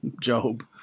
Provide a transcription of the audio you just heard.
Job